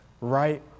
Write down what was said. right